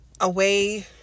away